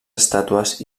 estàtues